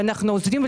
אנחנו עוזרים,